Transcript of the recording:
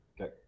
Okay